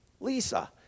Lisa